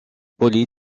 poly